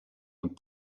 und